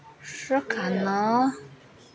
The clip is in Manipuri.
ꯁꯨꯈꯂꯣ